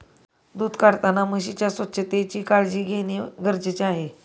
दूध काढताना म्हशीच्या स्वच्छतेची काळजी घेणे गरजेचे आहे